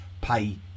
pay